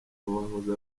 n’uwahoze